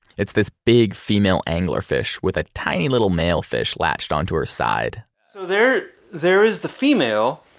it's this big female angler fish with a tiny little male fish latched onto her side so there there is the female,